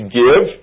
give